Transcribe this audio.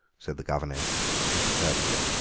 said the governess imperturbably.